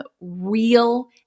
real